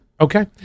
Okay